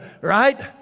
Right